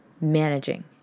managing